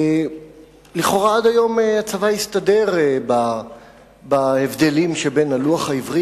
לכאורה עד היום הצבא הסתדר עם ההבדלים שבין הלוח העברי